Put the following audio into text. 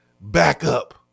backup